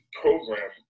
program